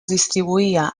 distribuïa